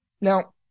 Now